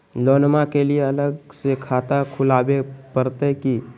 लोनमा के लिए अलग से खाता खुवाबे प्रतय की?